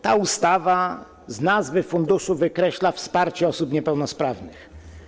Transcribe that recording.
Ta ustawa z nazwy funduszu wykreśla wsparcie osób niepełnosprawnych.